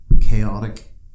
chaotic